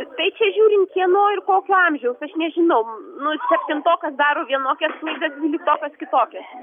tai čia žiūrint kieno ir kokio amžiaus aš nežinau nu septintokas kad daro vienokias klaidas dvyliktokas kitokias